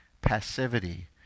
passivity